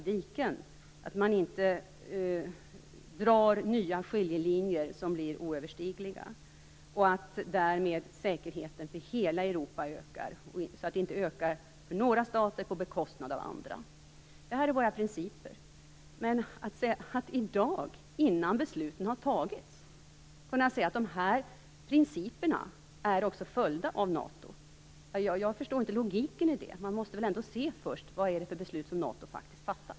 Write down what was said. Det skall inte dras nya oöverstigliga skiljelinjer. Därmed skall säkerheten öka för hela Europa, inte bara för några stater på bekostnad av andra. Detta är våra principer. Jag förstår inte logiken i att i dag, innan besluten har fattats, säga att principerna följs av NATO. Man måste väl ändå först se vilka beslut NATO faktiskt fattar.